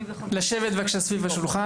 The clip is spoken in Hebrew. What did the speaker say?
אני מנהלת אולפן כלנית באשקלון, מנהלת חדשה.